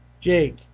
Jake